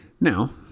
Now